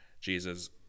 Jesus